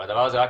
הדבר הזה רק